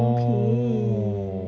no